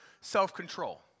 self-control